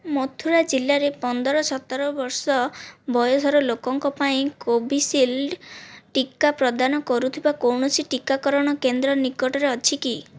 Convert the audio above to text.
ମଥୁରା ଜିଲ୍ଲାରେ ପନ୍ଦର ସତର ବର୍ଷ ବୟସର ଲୋକଙ୍କ ପାଇଁ କୋଭିଶିଲ୍ଡ୍ ଟିକା ପ୍ରଦାନ କରୁଥିବା କୌଣସି ଟିକାକରଣ କେନ୍ଦ୍ର ନିକଟରେ ଅଛି କି